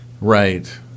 Right